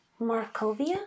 Markovia